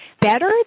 better